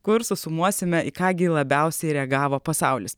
kur susumuosime į ką gi labiausiai reagavo pasaulis